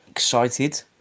Excited